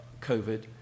COVID